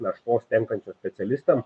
naštos tenkančios specialistam